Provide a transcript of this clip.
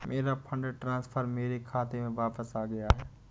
मेरा fund transfer मेरे खाते में वापस आ गया है